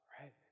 right